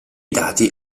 dati